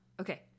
Okay